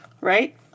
right